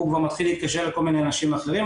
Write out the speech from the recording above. הוא כבר מתחיל להתקשר לכל מיני אנשים אחרים,